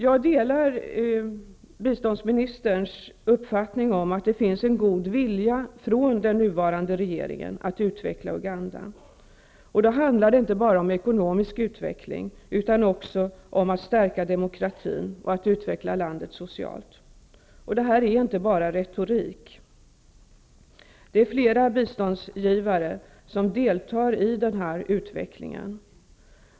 Jag delar biståndsministerns uppfattning att det finns en god vilja hos den nuvarande regeringen att utveckla Uganda. Det handlar inte enbart om ekonomisk utveckling utan också om att stärka demokratin och att utveckla landet socialt. Detta är inte bara retorik. Flera biståndsgivare, både bilaterala och multilaterala, deltar i den utvecklingen.